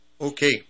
Okay